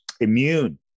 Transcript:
immune